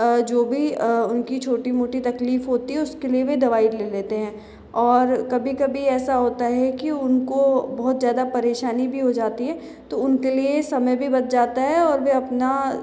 जो भी उनकी छोटी मोटी तकलीफ होती है उसके लिए भी दवाई ले लेते हैं और कभी कभी ऐसा होता है कि उनको बहुत ज़्यादा परेशानी भी हो जाती है तो उनके लिए समय भी बच जाता है और वे अपना